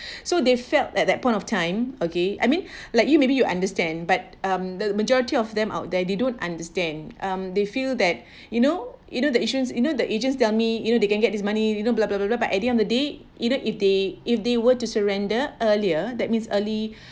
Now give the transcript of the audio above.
so they felt at that point of time okay I mean like you maybe you understand but um the majority of them out there they don't understand um they feel that you know you know the issues you know the agents tell me you know they can get this money you know blah blah blah blah but at the end of the day you know if they if they were to surrender earlier that means early